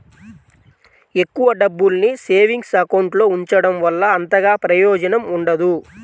ఎక్కువ డబ్బుల్ని savings account లో ఉంచడం వల్ల అంతగా ప్రయోజనం ఉండదు